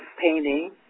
painting